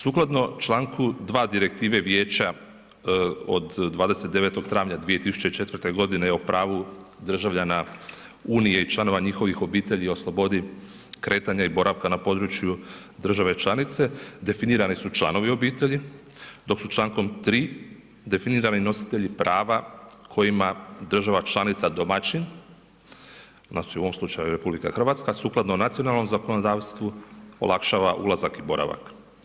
Sukladno čl. 2. Direktive vijeća od 29. travnja 2004.g. o pravu državljana Unije i članova njihovih obitelji o slobodi kretanja i boravka na području države članice definirane su članovi obitelji, dok su čl. 3. definirani nositelji prava kojima je država članica domaćin, znači u ovom slučaju RH sukladno nacionalnom zakonodavstvu olakšava ulazak i boravak.